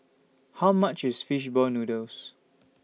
How much IS Fish Ball Noodles